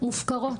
מופקרות,